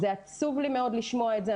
עצוב לי מאוד לשמוע את זה.